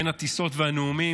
בין הטיסות והנאומים,